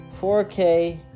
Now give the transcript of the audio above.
4K